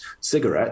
cigarettes